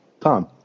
Tom